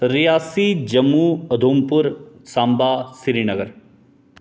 Reasi Jammu Udhampur Samba Srinagar